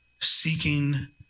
seeking